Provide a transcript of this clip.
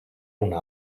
una